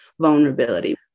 vulnerability